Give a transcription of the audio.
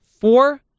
four